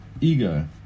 Ego